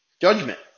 judgment